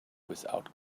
without